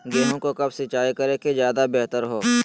गेंहू को कब सिंचाई करे कि ज्यादा व्यहतर हो?